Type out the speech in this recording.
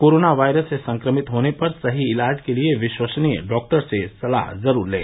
corona virus से संक्रमित होने पर सही इलाज के लिये विश्वसनीय डॉक्टर से सलाह जरूर लें